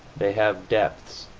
they have depths.